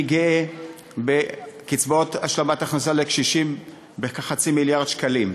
אני גאה בקצבאות השלמת הכנסה לקשישים בכחצי מיליארד שקלים,